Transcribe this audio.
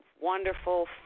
wonderful